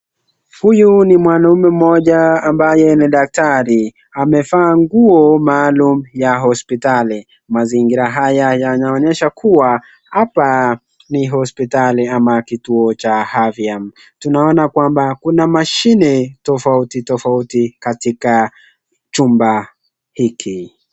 Huyu ni mwanaume mmoja ambaye ni daktari . Amevaa nguo maalum ya hospitali . Mazingira haya yanaonyesha kuwa hapa ni hospitali ama kituo cha afya. Tunaona kwamba kuna mashine tofauti tofauti katika chumba hiki.